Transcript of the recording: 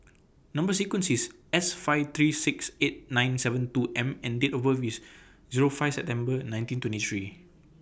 Number sequence IS S five three six eight nine seven two M and Date of birth IS Zero five September nineteen twenty three